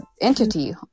entity